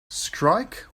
strike